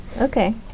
okay